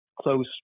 close